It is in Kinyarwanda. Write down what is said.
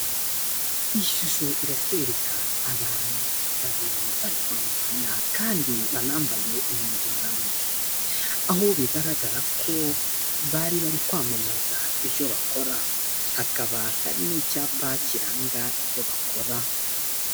Ishusho iratwereka abantu babiri bari kuramukanya kandi banambaye impuzankano aho bigaragara ko bari bari kwamamaza ibyo bakora hakabaka n'icyapa kiranga ibyo bakora.